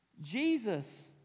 Jesus